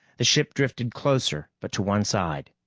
the ship drifted closer, but to one side.